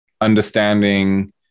understanding